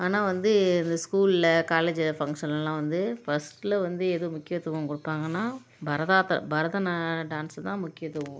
ஆனால் வந்து இந்த ஸ்கூலில் காலேஜில் ஃபங்க்ஷன்லாம் வந்து ஃபஸ்ட் வந்து எது முக்கியத்துவம் கொடுப்பாங்கன்னா பரதாத்தம் பரத நா டான்ஸ் தான் முக்கியத்துவம்